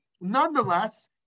Nonetheless